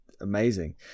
amazing